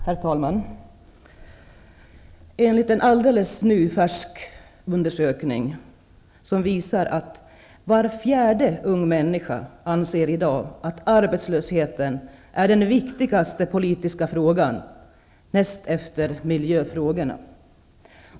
Herr talman! Enligt en alldeles färsk undersökning anser var fjärde ung människa att arbetslöshetsfrågan är den viktigaste politiska frågan näst efter miljöfrågorna.